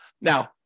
Now